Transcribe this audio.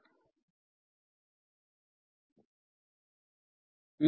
முதன்மை மற்றும் இரண்டாம் நிலைக்கு இடையில் ஐசோலேஷன் இல்லை